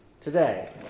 today